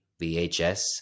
VHS